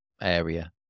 area